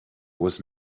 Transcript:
was